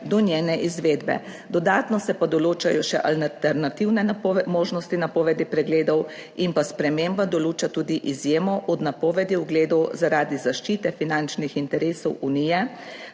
do njene izvedbe, dodatno se pa določajo še alternativne možnosti napovedi pregledov in pa sprememba določa tudi izjemo od napovedi ogledov zaradi zaščite finančnih interesov Unije,